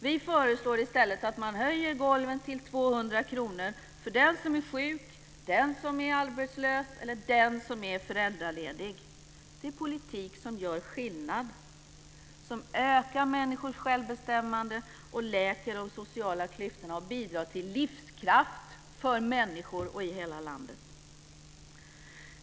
Vi föreslår i stället att man höjer golven till 200 kr för den som är sjuk, den som är arbetslös eller den som är föräldraledig. Det är politik som gör skillnad, som ökar människors självbestämmande, som läker de sociala klyftorna och bidrar till livskraft för människor i hela landet.